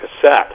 cassette